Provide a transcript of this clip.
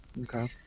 okay